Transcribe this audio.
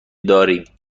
داریم